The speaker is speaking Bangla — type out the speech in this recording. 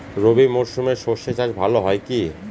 রবি মরশুমে সর্ষে চাস ভালো হয় কি?